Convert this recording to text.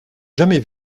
jamais